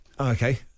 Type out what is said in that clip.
Okay